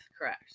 Correct